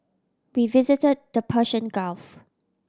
we visit the Persian Gulf